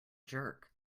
jerk